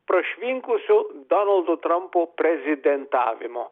prašvinkusio donaldo trampo prezidentavimo